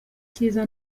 cyiza